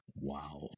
Wow